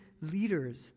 leaders